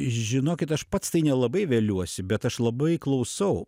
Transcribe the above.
žinokit aš pats tai nelabai veliuosi bet aš labai klausau